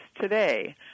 today